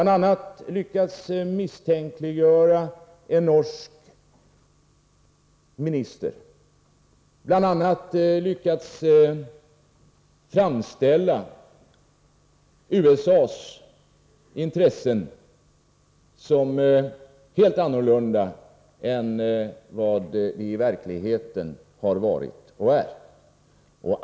a. har han lyckats misstänkliggöra en norsk minister och lyckats framställa USA:s intressen som helt annorlunda än vad de i verkligheten har varit och är.